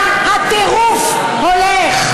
אורן, אתה יושב במקומך.